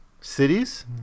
cities